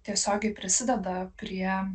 tiesiogiai prisideda prie